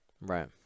Right